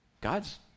God's